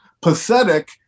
pathetic